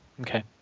Okay